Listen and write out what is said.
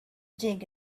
dig